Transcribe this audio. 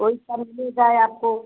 कोई सा भी मिल जाए आपको